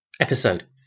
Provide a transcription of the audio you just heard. episode